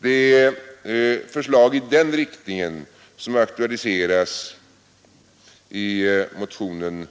Det är förslag i denna riktningen som aktualiseras i motionen